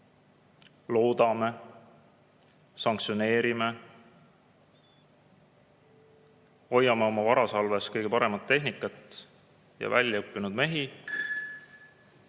loodame, sanktsioneerime, hoiame oma varasalves kõige paremat tehnikat ja väljaõppinud mehi